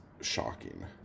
shocking